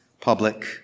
public